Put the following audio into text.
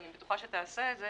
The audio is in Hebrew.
ואני בטוחה שתעשה את זה,